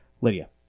Lydia